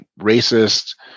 racist